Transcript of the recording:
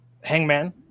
Hangman